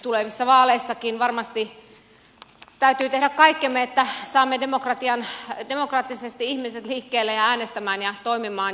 tulevissa vaaleissakin varmasti täytyy tehdä kaikkemme että saamme demokraattisesti ihmiset liikkeelle ja äänestämään ja toimimaan